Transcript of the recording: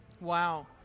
Wow